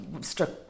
struck